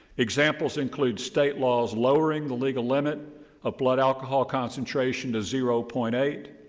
examples include state laws lowering the legal limit of blood alcohol concentration to zero point eight,